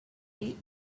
deep